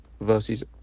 versus